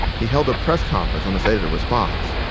he held a press conference on the state of the response.